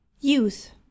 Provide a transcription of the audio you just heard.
youth